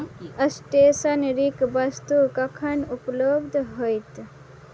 एस्टेशनरीके वस्तु कखन उपलब्ध होएत